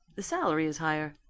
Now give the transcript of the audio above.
the salary is higher.